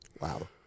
Wow